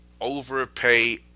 overpay